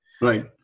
Right